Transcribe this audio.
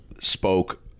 spoke